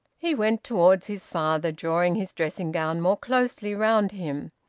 he went towards his father, drawing his dressing-gown more closely round him.